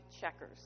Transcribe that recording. checkers